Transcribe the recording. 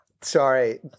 sorry